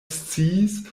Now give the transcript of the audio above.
sciis